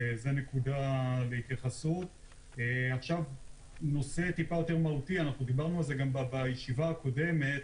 נושא מהותי יותר שעליו דיברנו גם בישיבה הקודמת